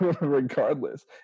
regardless